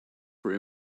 for